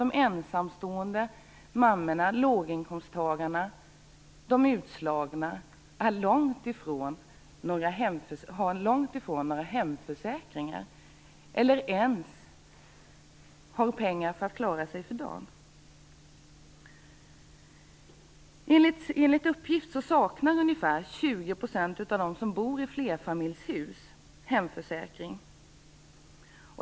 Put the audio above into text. De ensamstående mammorna, låginkomsttagarna och de utslagna har däremot långt ifrån några hemförsäkringar eller ens pengar så att de klarar sig för dagen. Enligt uppgift saknar ungefär 20 % av dem som bor i flerfamiljshus hemförsäkring.